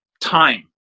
time